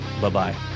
Bye-bye